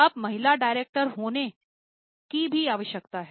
अब महिला डायरेक्टर्स होने की भी आवश्यकता है